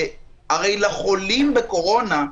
צריך מאוד לוודא,